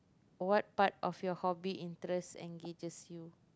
what part of your hobby interest engages you